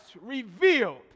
revealed